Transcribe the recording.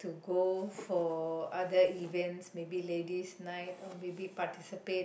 to go for other events maybe Ladies Night or maybe participate